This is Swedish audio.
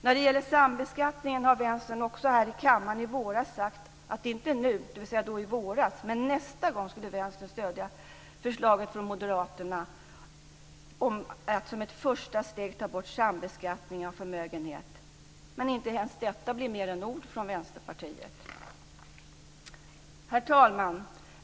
När det gäller sambeskattningen sade Vänstern i våras här i kammaren att man inte då, men nästa gång, skulle stödja förslaget från Moderaterna om att som ett första steg ta bort sambeskattningen av förmögenheter. Men inte ens detta blir mer än ord från Herr talman!